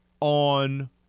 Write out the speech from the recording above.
on